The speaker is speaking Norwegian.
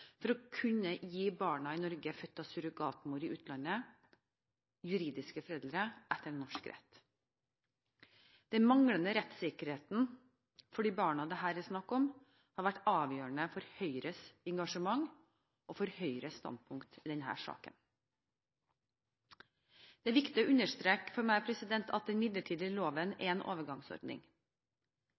for å kunne gi barn i Norge, født av surrogatmor i utlandet, juridiske foreldre etter norsk rett. Den manglende rettssikkerheten for de barna det her er snakk om, har vært avgjørende for Høyres engasjement og for Høyres standpunkt i denne saken. Det er for meg viktig å understreke at den midlertidige loven er en overgangsordning.